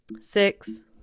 Six